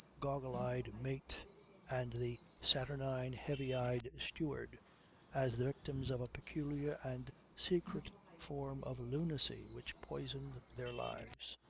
goggle-eyed mate and the saturnine, heavy-eyed steward as the victims of a peculiar and secret form of lunacy which poisoned their lives.